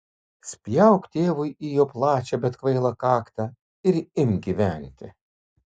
spjauk tėvui į jo plačią bet kvailą kaktą ir imk gyventi